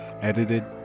edited